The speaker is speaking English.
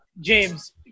James